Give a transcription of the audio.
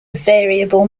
variable